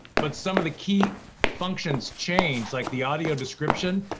but some of the key functions change, like the audio description.